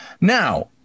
now